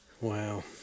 Wow